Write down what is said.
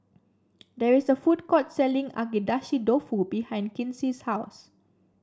there is a food court selling Agedashi Dofu behind Kinsey's house